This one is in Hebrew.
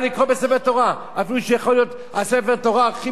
אפילו שיכול להיות ספר התורה הכי מהודר וכתוב הכי טוב.